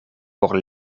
por